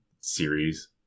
series